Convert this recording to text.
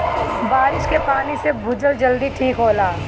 बारिस के पानी से भूजल जल्दी ठीक होला